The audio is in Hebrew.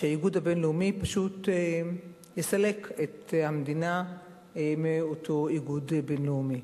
שהאיגוד הבין-לאומי פשוט סילק את המדינה מאותו איגוד בין-לאומי.